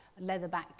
leatherback